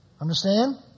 Understand